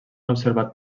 observat